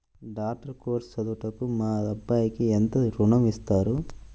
Doctor course చదువుటకు మా అబ్బాయికి ఎంత ఋణం ఇస్తారు?